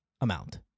Amount